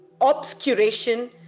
obscuration